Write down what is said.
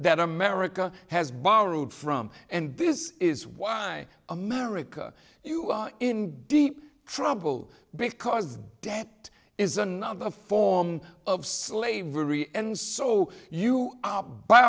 that america has borrowed from and this is why america you are in deep trouble because debt is another form of slavery and so you